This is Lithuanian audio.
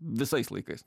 visais laikais